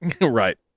right